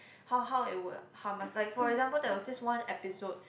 how how it will harm us like for example there was this one episode